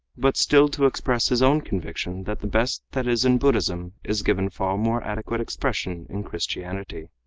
but still to express his own conviction that the best that is in buddhism is given far more adequate expression in christianity.